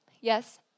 Yes